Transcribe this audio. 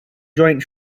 joint